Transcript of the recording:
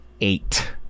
Eight